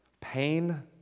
Pain